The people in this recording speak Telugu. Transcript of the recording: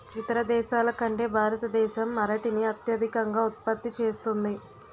ఇతర దేశాల కంటే భారతదేశం అరటిని అత్యధికంగా ఉత్పత్తి చేస్తుంది